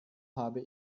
habe